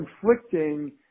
conflicting